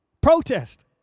Protest